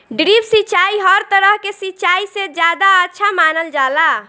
drip सिंचाई हर तरह के सिचाई से ज्यादा अच्छा मानल जाला